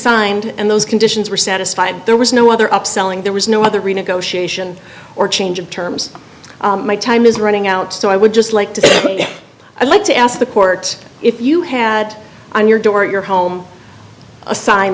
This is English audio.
signed and those conditions were satisfied there was no other up selling there was no other renegotiation or change of terms my time is running out so i would just like to say i'd like to ask the court if you had on your door at your home a sign